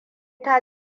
ta